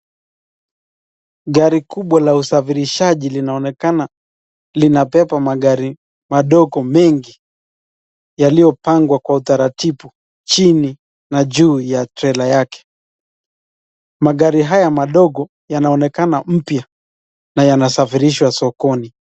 Gari kubwa la usafirishaji linaonekana linabeba magari madogo mengi yaliopangwa kwa utaratibu chini na juu ya trela yake. Magari haya madogo yanaonekana mpya na yanasafirishwa sokoni.